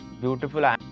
beautiful